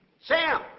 Sam